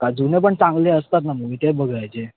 का जुने पण चांगले असतात ना मग ते बघायचे